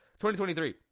2023